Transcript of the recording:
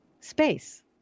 space